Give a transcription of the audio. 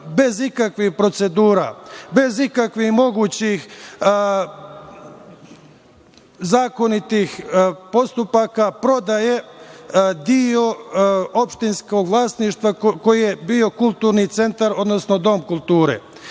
bez ikakvih procedura, bez ikakvih mogućih zakonitih postupaka prodaje deo opštinskog vlasništva koji je bio kulturni centar, odnosno Dom kulture.